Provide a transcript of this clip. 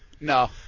No